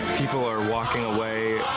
people are walking away